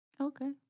Okay